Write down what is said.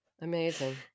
Amazing